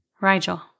Rigel